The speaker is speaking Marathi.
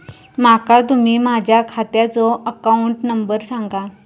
माका तुम्ही माझ्या खात्याचो अकाउंट नंबर सांगा?